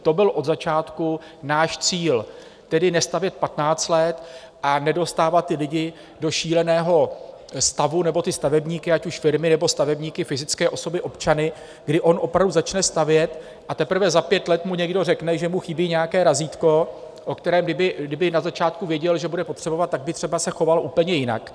To byl od začátku náš cíl, tedy nestavět patnáct let a nedostávat ty lidi do šíleného stavu, ty stavebníky, ať už firmy, nebo stavebníky fyzické občany, kdy on opravdu začne stavět, a teprve za pět let mu někdo řekne, že mu chybí nějaké razítko, které kdyby na začátku věděl, že bude potřebovat, tak by se třeba choval úplně jinak.